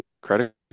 credit